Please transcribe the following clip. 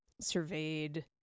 surveyed